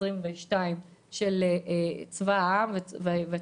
לגבי צה"ל.